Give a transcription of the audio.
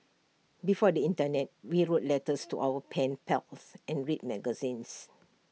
before the Internet we wrote letters to our pen pals and read magazines